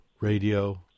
radio